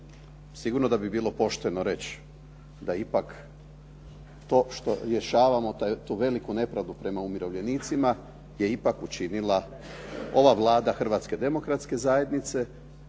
Sigurno da bi bilo pošteno reći da ipak to što rješavamo tu veliku nepravdu prema umirovljenicima je ipak učinila ova Vlada Hrvatske demokratske zajednice